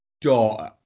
daughter